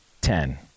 Ten